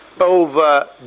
over